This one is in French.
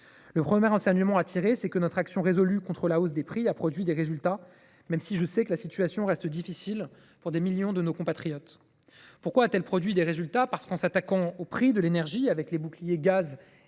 Le premier enseignement à tirer, c’est que notre action résolue contre la hausse des prix a produit des résultats, même si, je le sais, la situation reste difficile pour des millions de nos compatriotes. Pourquoi a t elle produit des résultats ? Parce que, en nous attaquant aux prix de l’énergie avec les boucliers gaz et